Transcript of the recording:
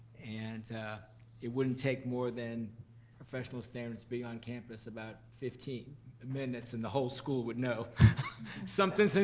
and it wouldn't take more than professional standards be on campus about fifteen minutes and the whole school would know something, so